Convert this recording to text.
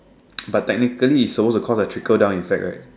but technically it's supposed to call the trickle down effect right